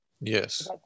Yes